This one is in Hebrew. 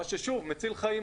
מה שממש מציל חיים.